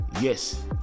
yes